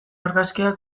argazkia